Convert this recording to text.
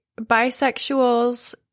bisexuals